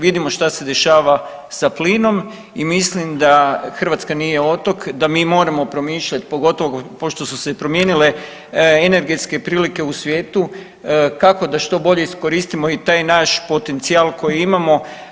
Vidimo šta se dešava sa plinom i mislim da Hrvatska nije otok, da mi moramo promišljati pogotovo pošto su se i promijenile energetske prilike u svijetu kako da što bolje iskoristimo i taj naš potencijal koji imamo.